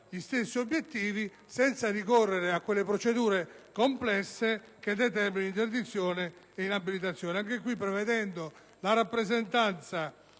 gli stessi obiettivi senza ricorrere alle procedure complesse che determinano l'interdizione e l'inabilitazione, anche in questo caso prevedendo la rappresentanza